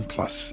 Plus